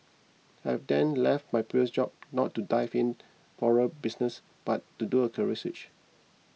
I had then left my previous job not to dive in floral business but to do a career switch